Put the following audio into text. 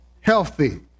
healthy